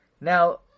Now